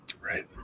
Right